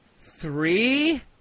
three